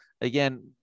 again